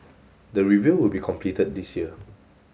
the review will be completed this year